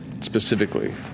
specifically